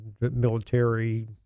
military